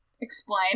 Explain